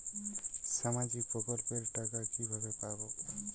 সামাজিক প্রকল্পের টাকা কিভাবে পাব?